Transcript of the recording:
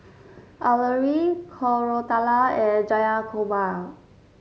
Alluri Koratala and Jayakumar